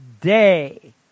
Day